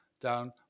down